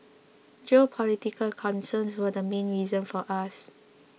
geopolitical concerns were the main reason for us